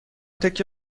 تکه